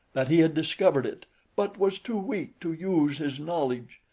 that he had discovered it but was too weak to use his knowledge.